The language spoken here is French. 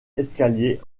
escalier